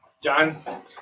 John